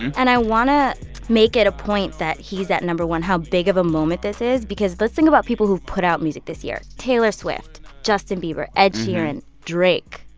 and i want to make it a point that he's at no. one, how big of a moment this is, because let's think about people who've put out music this year taylor swift, justin bieber, ed sheeran, drake.